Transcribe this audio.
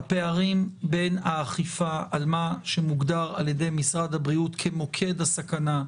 הפערים בין האכיפה על מה שמוגדר על ידי משרד הבריאות כמוקד הסכנה,